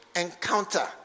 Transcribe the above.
encounter